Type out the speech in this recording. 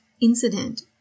incident